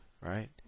right